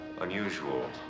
unusual